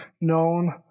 known